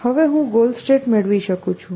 હવે હું goal state મેળવી શકું છું